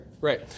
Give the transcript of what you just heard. Right